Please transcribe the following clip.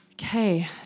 Okay